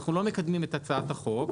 אנחנו לא מקדמים את הצעת החוק,